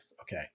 Okay